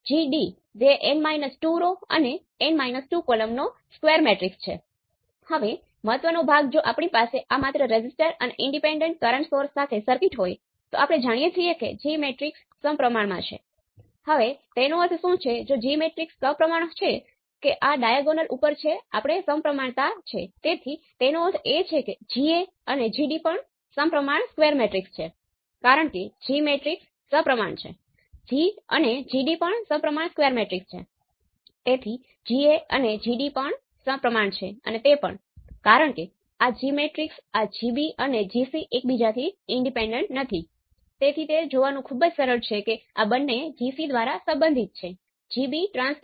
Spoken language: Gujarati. તેથી α ઓપ એમ્પ ચાલુ રહે છે અને હું α એ V1 અને I2 ના મૂલ્યોથી પ્રભાવિત નથી થતો